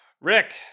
rick